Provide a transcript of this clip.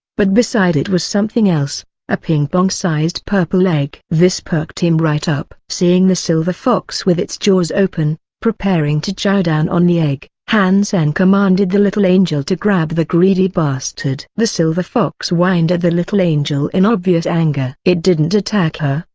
but beside it was something else a ping-pong sized purple egg. this perked him right up. seeing the silver fox with its jaws open, preparing to chow down on the egg, han sen commanded the little angel to grab the greedy bastard. the silver fox whined at the little angel in obvious anger. it didn't attack her,